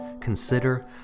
Consider